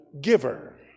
giver